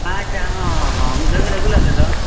ᱟᱪᱪᱷᱟ ᱦᱮᱸ ᱦᱮᱸ ᱢᱤᱫ ᱫᱷᱟᱹᱣ ᱵᱤᱱ ᱟᱹᱜᱩ ᱞᱮᱫᱮ ᱫᱚ